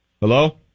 Hello